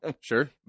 sure